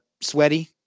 sweaty